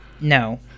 No